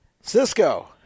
Cisco